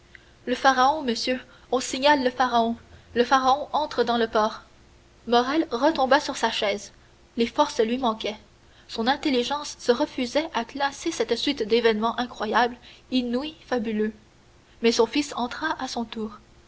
le pharaon monsieur on signale le pharaon le pharaon entre dans le port morrel retomba sur sa chaise les forces lui manquaient son intelligence se refusait à classer cette suite d'événements incroyables inouïs fabuleux mais son fils entra à son tour